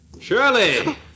Shirley